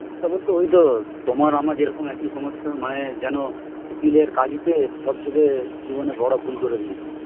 সমস্যা বলতে ওই তো তোমার আমার যে রকম একই সমস্যা মানে যেন উকিলের কাজ পেয়ে সব থেকে জীবনে বড় ভুল করে দিয়েছি